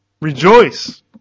Rejoice